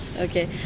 Okay